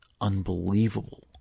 unbelievable